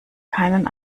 keinen